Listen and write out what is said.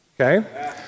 Okay